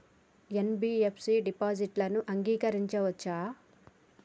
NBFC డిపాజిట్లను అంగీకరించవచ్చా?